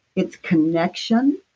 it's connection.